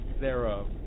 thereof